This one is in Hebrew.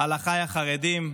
על אחיי החרדים,